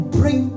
bring